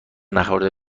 نخورده